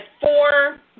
four